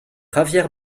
javier